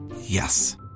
Yes